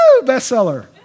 bestseller